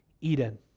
Eden